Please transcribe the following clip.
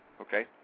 Okay